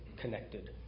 connected